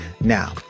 Now